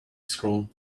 scroll